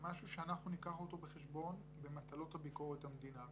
משהו שאנחנו ניקח אותו בחשבון במטלות ביקורת המדינה.